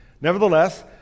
Nevertheless